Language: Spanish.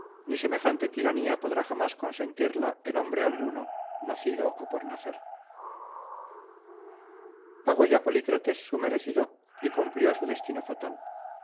ni semejante tiranía podrá jamás consentirla en hombre alguno nacido o por nacer pagó ya polícrates su merecido y cumplió su destino fatal